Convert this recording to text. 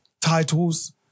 titles